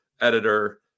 editor